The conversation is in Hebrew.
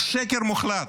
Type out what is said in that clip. הוא שקר מוחלט.